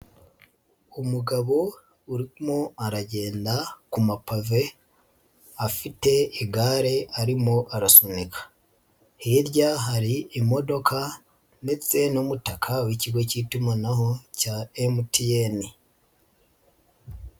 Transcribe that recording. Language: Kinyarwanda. Umugabo urimo aragenda ku mapave, afite igare arimo arasunika, hirya hari imodoka ndetse n'umutaka w'ikigo cy'itumanaho cya MTN.